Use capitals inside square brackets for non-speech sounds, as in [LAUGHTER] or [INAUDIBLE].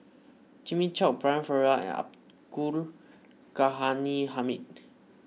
Jimmy Chok Brian Farrell [UNINTELLIGIBLE] Abdul Ghani Hamid